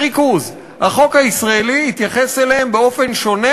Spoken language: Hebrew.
החוק הישראלי התייחס אליהם באופן שונה,